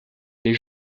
les